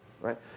right